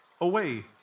Away